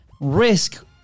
risk